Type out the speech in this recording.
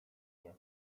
mnie